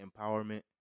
empowerment